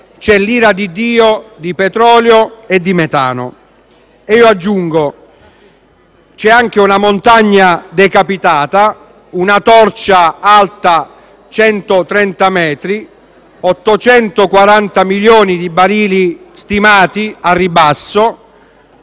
c'è l'iradiddìo di petrolio e di metano». Io aggiungo che c'è anche una montagna decapitata, una torcia alta 130 metri, 840 milioni di barili stimati al ribasso,